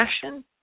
passion